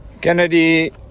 kennedy